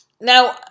Now